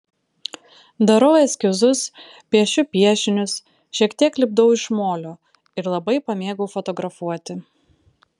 darau eskizus piešiu piešinius šiek tiek lipdau iš molio ir labai pamėgau fotografuoti